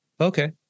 okay